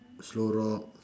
slow rock